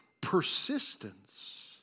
persistence